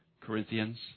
Corinthians